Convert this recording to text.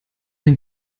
den